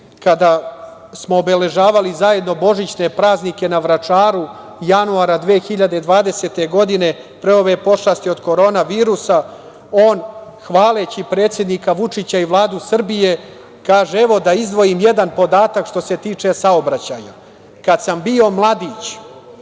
kada smo obeležavali zajedno božićne praznike na Vračaru, januara 2020. godine, pre ove pošasti od korona virusu, on hvaleći predsednika Vučića i Vladu Srbije kaže: „Evo, da izdvojim jedan podatak, što se tiče saobraćaja. Kad sam bio mladić,